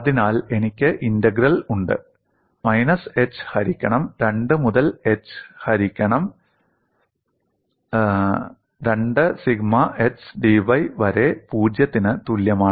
അതിനാൽ എനിക്ക് ഇന്റഗ്രൽ ഉണ്ട് മൈനസ് h ഹരിക്കണം 2 മുതൽ h ഹരിക്കണം 2 സിഗ്മ x dy വരെ 0 ന് തുല്യമാണ്